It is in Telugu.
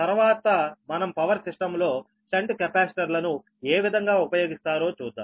తర్వాత మనం పవర్ సిస్టం లో షంట్ కెపాసిటర్లును ఏ విధంగా ఉపయోగిస్తారో చూద్దాం